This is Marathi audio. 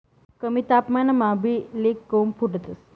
कमी तापमानमा बी ले कोम फुटतंस